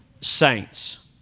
saints